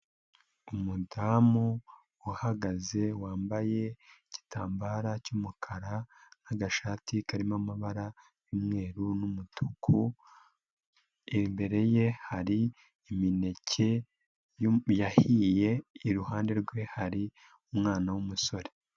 Umudamu uhagaze, yambaye igitambaro cy'umukara n'agashati karimo amabara y'umweru n'umutuku, imbere ye, hari imineke yahiye, iruhande rwe hari umwana w'umusore.